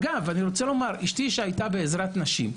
אגב אני רוצה לומר, אשתי שהייתה בעזרת נשים,